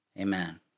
amen